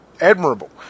admirable